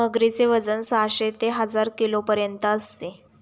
मगरीचे वजन साहशे ते हजार किलोपर्यंत असते